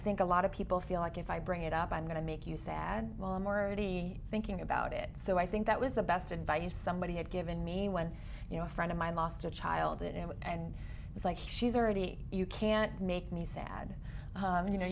think a lot of people feel like if i bring it up i'm going to make you sad while i'm already thinking about it so i think that was the best advice somebody had given me when you know a friend of my lost a child it was and it's like she's already you can't make me sad you know